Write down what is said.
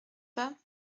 pas